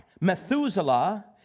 Methuselah